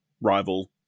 rival